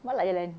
malas nak jalan